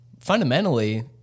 fundamentally